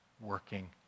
working